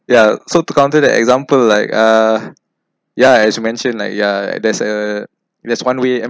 ya so to counter that example like uh yeah as you mentioned like yeah there's uh there's one way